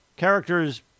characters